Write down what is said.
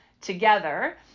together